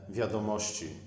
wiadomości